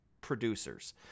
producers